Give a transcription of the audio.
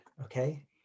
okay